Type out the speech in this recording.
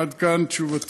עד כאן תשובתי.